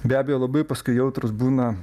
be abejo labai paskui jautrūs būna